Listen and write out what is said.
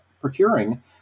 procuring